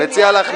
מציע לך לשקול.